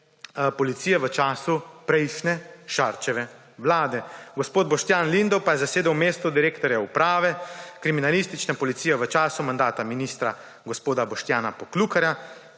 policije v času prejšnje Šarčeve vlade. Gospod Boštjan Lindav pa je zasedel mesto direktorja Uprave kriminalistične policije v času mandata ministra gospoda Boštjana Poklukarja,